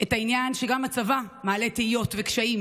את העניין שגם הצבא מעלה תהיות וקשיים,